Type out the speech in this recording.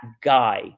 guy